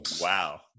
Wow